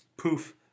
poof